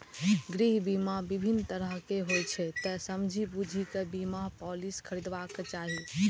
गृह बीमा विभिन्न तरहक होइ छै, तें समझि बूझि कें बीमा पॉलिसी खरीदबाक चाही